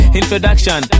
introduction